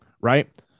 Right